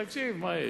תקשיב, מה יש?